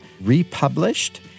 republished